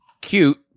cute